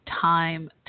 time